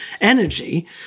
energy